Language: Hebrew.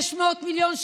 שמענו,